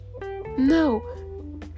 No